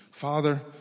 Father